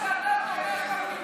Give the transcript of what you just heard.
הוא אמר שאתה תומך בכיבוש.